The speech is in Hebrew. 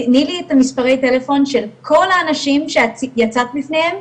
תני לי את המספרי טלפון של כל האנשים שאת יצאת בפניהם,